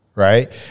Right